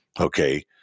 Okay